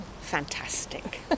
Fantastic